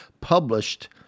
published